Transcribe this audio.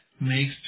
makes